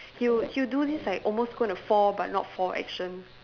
he would he'll do this like almost gonna fall but not fall action